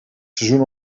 seizoen